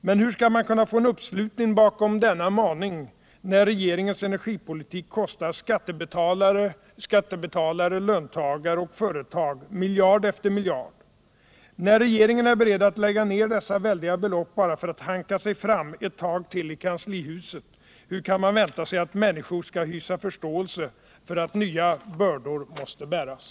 Men hur skall man kunna få en uppslutning bakom denna maning när regeringens energipolitik kostar skattebetalare, löntagare och företag miljard efter miljard? När regeringen är beredd att lägga ned dessa väldiga belopp bara för att hanka sig fram ett tag till i kanslihuset, hur kan man vänta sig att människor skall hysa förståelse för att nya bördor måste bäras?